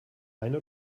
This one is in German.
eine